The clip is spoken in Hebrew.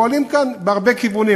פועלים כאן בהרבה כיוונים.